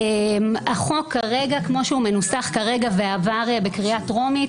החוק כמו שהוא מנוסח כרגע ועבר בקריאה הטרומית,